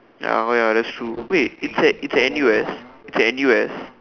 ya ya ya that's true wait it's at it's at N_U_S it's N_U_S